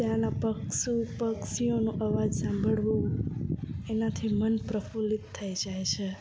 ત્યાંનાં પશુ પક્ષીઓનો અવાજ સાંભળવું એનાથી મન પ્રફુલ્લિત થઈ જાય છે